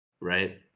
Right